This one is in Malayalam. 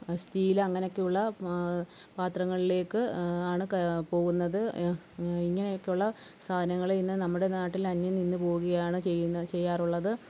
സ്റ്റീല് അങ്ങനെയൊക്കെയുള്ള പാത്രങ്ങളിലേക്ക് ആണ് പോകുന്നത് ഇങ്ങനെയൊക്കെയുള്ള സാധനങ്ങളിൽ നിന്ന് നമ്മുടെ നാട്ടിലന്യം നിന്ന് പോകുകയാണ് ചെയ്യുന്നത് ചെയ്യാറുള്ളത്